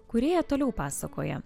kūrėja toliau pasakoja